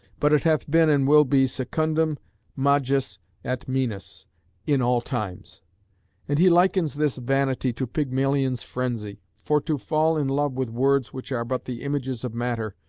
but it hath been and will be secundum majus et minus in all times and he likens this vanity to pygmalion's frenzy for to fall in love with words which are but the images of matter,